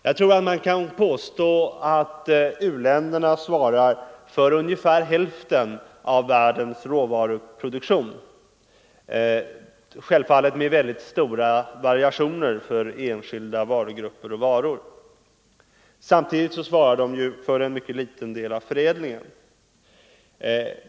Jag tror att man kan påstå att u-länderna svarar för ungefär hälften av världens råvaruproduktion, självfallet med stora variationer för enskilda varugrupper och varor. Samtidigt svarar de för en mycket liten del av förädlingen.